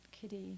kitty